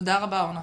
תודה רבה אורנה.